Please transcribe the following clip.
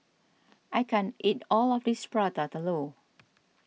I can't eat all of this Prata Telur